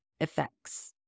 effects